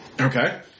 Okay